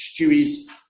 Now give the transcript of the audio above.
Stewie's